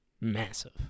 Massive